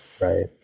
right